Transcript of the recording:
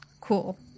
cool